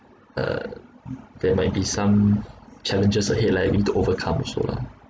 uh there might be some challenges ahead like we need to overcome also lah